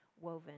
woven